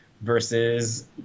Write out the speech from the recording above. Versus